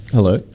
Hello